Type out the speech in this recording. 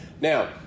Now